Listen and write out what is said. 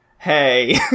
Hey